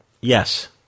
Yes